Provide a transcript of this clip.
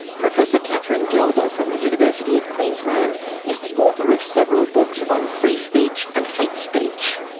professor katharine gelber from the university of queensland is the author of several books on free speech and hate speech.